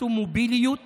עשו מוביליות